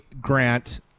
Grant